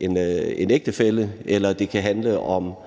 en ægtefælle. Det kan også handle om,